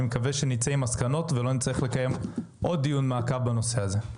מקווה שנצא עם מסקנות ולא נצטרך לקיים עוד דיון מעקב בנושא הזה.